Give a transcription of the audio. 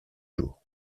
jour